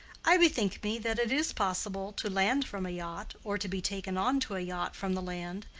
i bethink me that it is possible to land from a yacht, or to be taken on to a yacht from the land.